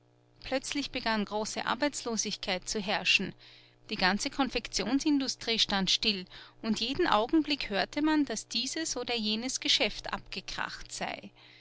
plötzlich begann große arbeitslosigkeit zu herrschen die ganze konfektionsindustrie stand still und jeden augenblick hörte man daß dieses oder jenes geschäft abgekracht sei